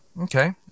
Okay